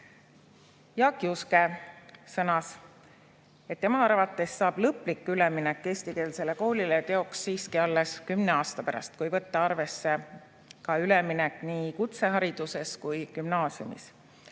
Jaak Juske sõnas, et tema arvates saab lõplik üleminek eestikeelsele koolile teoks siiski alles kümne aasta pärast, kui võtta arvesse üleminek nii kutsehariduses kui ka gümnaasiumis.